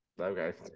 okay